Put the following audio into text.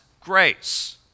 grace